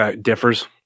differs